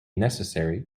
necessary